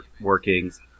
workings